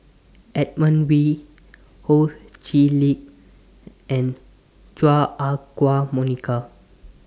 Edmund Wee Ho Chee Lick and Chua Ah Huwa Monica